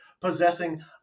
possessing